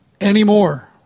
anymore